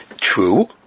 true